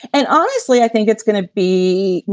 and honestly, i think it's going to be, you